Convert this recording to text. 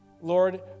Lord